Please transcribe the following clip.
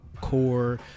core